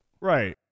Right